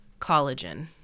Collagen